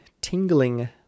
tingling